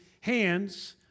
hands